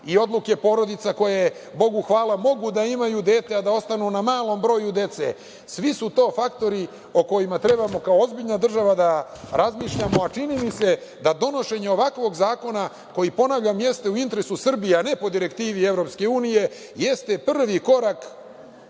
i odluke porodica koje, Bogu hvala, mogu da imaju dete, a da ostanu na malom broju dece, sve su to faktori o kojima trebamo kao ozbiljna država da razmišljamo. Čini mi se da donošenje ovakvog zakona koji, ponavljam, jeste u interesu Srbije, a ne po direktivi EU, jeste prvi